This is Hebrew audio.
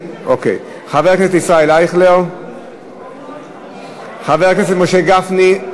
חבר הכנסת ישראל אייכלר, חבר הכנסת משה גפני,